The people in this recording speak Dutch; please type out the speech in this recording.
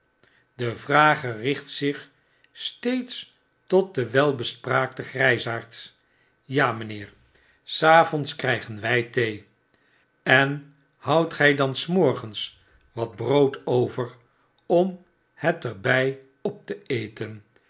de vrager richt zich steeds tot den welbespraakten grysaard ja mijnheer s avonds krygen wy thee en houdt gy dan s morgens wat brood over om het er bij op te eten